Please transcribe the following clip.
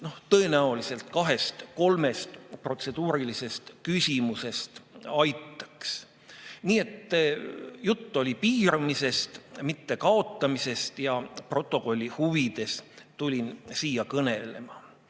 tõenäoliselt kahest-kolmest protseduurilisest küsimusest aitaks. Nii et jutt oli piiramisest, mitte kaotamisest. Stenogrammi huvides tulin siia kõnelema. Siiski